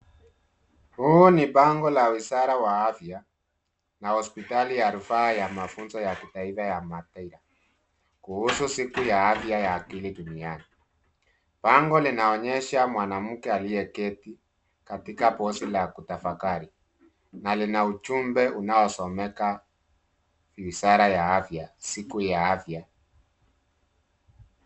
Huu ni bango la wizara wa afya na hospitali ya rufaa ya mafunzo ya Kitaifa ya Mathare, kuhusu siku ya afya ya akili duniani. Bango linaonyesha mwanamke aliyeketi katika pozi la kutafakari na lina ujumbe unaosomeka wizara ya afya siku ya afya.